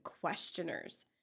questioners